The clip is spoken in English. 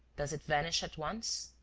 does it vanish at once?